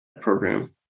program